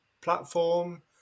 platform